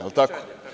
Je li tako?